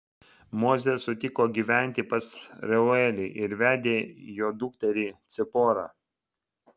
mozė sutiko gyventi pas reuelį ir vedė jo dukterį ciporą